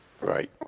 Right